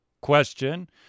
question